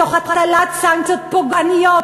תוך הטלת סנקציות פוגעניות,